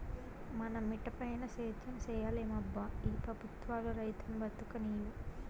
మన మిటపైన సేద్యం సేయలేమబ్బా ఈ పెబుత్వాలు రైతును బతుకనీవు